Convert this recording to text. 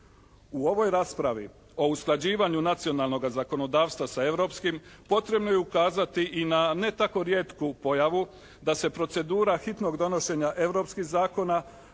U ovoj raspravi o usklađivanju nacionalnoga zakonodavstva sa europskim potrebno je ukazati i na ne tako rijetku pojavu da se procedura hitnog donošenja europskih zakona